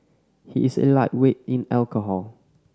he is a lightweight in alcohol